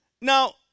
Now